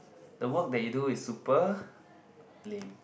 the work that you do is super lame